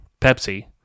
Pepsi